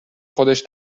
خودش